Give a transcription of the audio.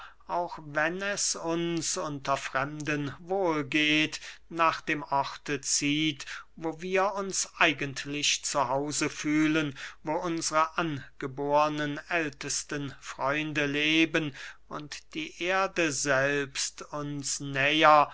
auch wenn es uns unter fremden wohl geht nach dem orte zieht wo wir uns eigentlich zu hause fühlen wo unsre angeborne älteste freunde leben und die erde selbst uns näher